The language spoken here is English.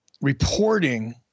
reporting